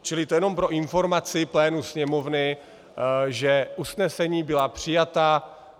Čili to jenom pro informaci plénu Sněmovny, že usnesení byla přijata.